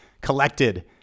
collected